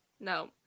No